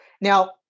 now